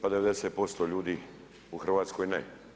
Pa 90% ljudi u Hrvatskoj ne.